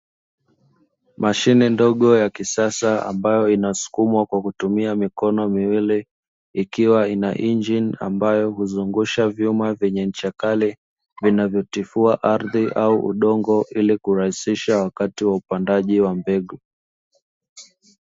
Mashine ndogo ya kisasa ambayo inasukumwa kwa kutumia mikono miwili, ikiwa ina injini ambayo kuzungusha vyuma vyenye ncha kale vinavyotifua ardhi au udongo ili kurahisisha wakati wa upandaji wa mbegu.